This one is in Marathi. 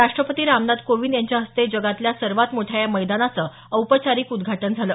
राष्ट्रपती रामनाथ कोविंद यांच्या हस्ते जगातल्या सर्वात मोठ्या या मैदानाचं औपचारिक उद्घाटन झालं